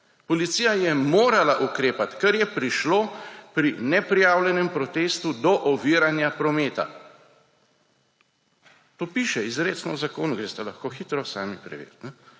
Policija je morala ukrepati, ker je prišlo pri neprijavljenem protestu do oviranja prometa. To piše izrecno v zakonu, greste lahko hitro sami preveriti.